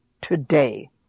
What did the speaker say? today